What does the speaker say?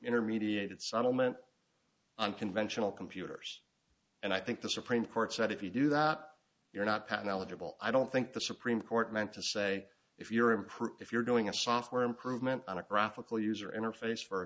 intermediated settlement unconventional computers and i think the supreme court said if you do not you're not patent eligible i don't think the supreme court meant to say if you're improve if you're doing a software improvement on a graphical user interface